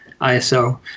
ISO